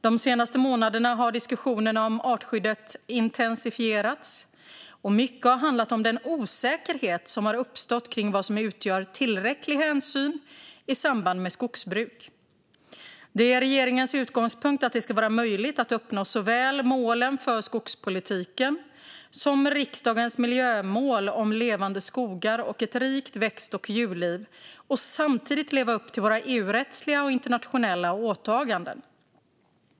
De senaste månaderna har diskussionerna om artskyddet intensifierats, och mycket har handlat om den osäkerhet som har uppstått kring vad som utgör tillräcklig hänsyn i samband med skogsbruk. Det är regeringens utgångspunkt att det ska vara möjligt att uppnå såväl målen för skogspolitiken som riksdagens miljömål om Levande skogar och Ett rikt växt och djurliv, och att samtidigt leva upp till våra EU-rättsliga och internationella åtaganden.